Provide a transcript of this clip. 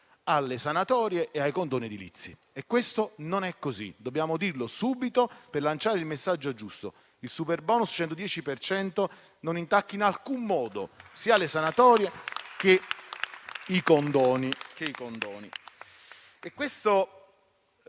alle sanatorie e ai condoni edilizi. Non è così. Dobbiamo dirlo subito e lanciare il messaggio giusto. Il superbonus del 110 per cento non intacca in alcun modo le sanatorie e i condoni.